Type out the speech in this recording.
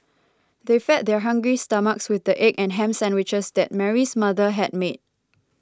they fed their hungry stomachs with the egg and ham sandwiches that Mary's mother had made